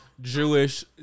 Jewish